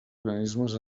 organismes